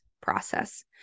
process